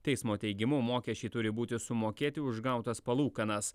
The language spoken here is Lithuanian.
teismo teigimu mokesčiai turi būti sumokėti už gautas palūkanas